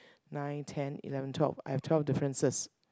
nine ten eleven twelve I have twelve differences